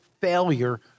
failure